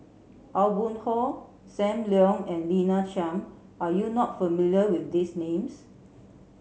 Aw Boon Haw Sam Leong and Lina Chiam are you not familiar with these names